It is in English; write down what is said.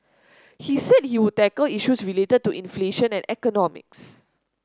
he said he would tackle issues related to inflation and economics